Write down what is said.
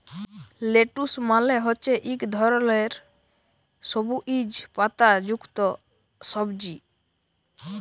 lettuce মালে হছে ইক ধরলের সবুইজ পাতা যুক্ত সবজি